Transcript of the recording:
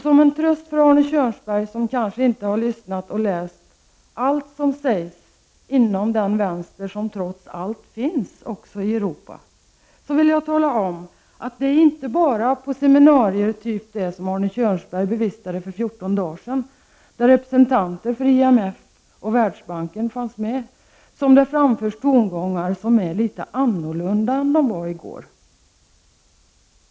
Som en tröst för Arne Kjörnsberg, som kanske inte har lyssnat på eller läst allt som sägs inom den vänster som trots allt finns i Europa, vill jag tala om att det inte bara är på seminarier av den typen som det Arne Kjörnsberg bevistade för fjorton dagar sedan, där representanter för IMF och Världsbanken fanns med, som det framförs tongångar som är litet annorlunda än tongångarna var i går.